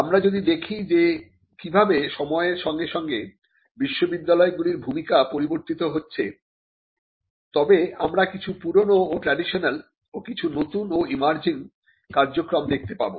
আমরা যদি দেখি যে কিভাবে সময়ের সঙ্গে সঙ্গে বিশ্ববিদ্যালয়গুলির ভূমিকা পরিবর্তিত হয়েছে তবে আমরা কিছু পুরানো ও ট্র্যাডিশনাল ও কিছু নতুন ও এমার্জিং কার্যক্রম দেখতে পাব